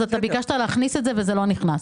אז אתה ביקשת להכניס את זה, וזה לא נכנס.